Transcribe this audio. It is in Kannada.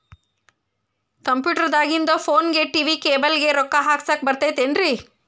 ಕಂಪ್ಯೂಟರ್ ದಾಗಿಂದ್ ಫೋನ್ಗೆ, ಟಿ.ವಿ ಕೇಬಲ್ ಗೆ, ರೊಕ್ಕಾ ಹಾಕಸಾಕ್ ಬರತೈತೇನ್ರೇ?